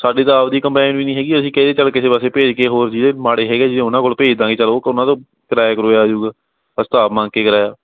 ਸਾਡੀ ਤਾਂ ਆਪਦੀ ਕੰਬਾਈਨ ਵੀ ਨਹੀਂ ਹੈਗੀ ਅਸੀਂ ਕਿਸੇ ਚਲ ਕਿਸੇ ਪਾਸੇ ਭੇਜ ਕੇ ਹੋਰ ਜੇ ਮਾੜੇ ਹੈਗੇ ਜੇ ਉਹਨਾਂ ਕੋਲ ਭੇਜ ਦਾਂਗੇ ਚਲੋ ਉ ਉਹਨਾਂ ਤੋਂ ਕਿਰਾਇਆ ਕਰੂਆ ਆ ਜਾਊਗਾ ਅਸੀਂ ਤਾਂ ਆਪ ਮੰਗ ਕੇ ਕਿਰਾਇਆ